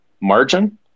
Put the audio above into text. margin